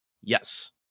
Yes